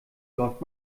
läuft